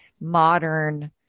modern